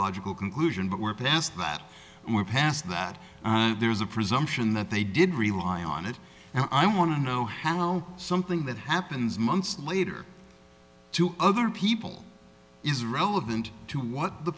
logical conclusion but we're past that and we're past that there's a presumption that they did rely on it and i want to know hallow something that happens months later to other people is relevant to what the